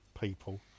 people